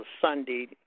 Sunday